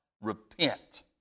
repent